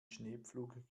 schneepflug